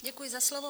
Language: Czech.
Děkuji za slovo.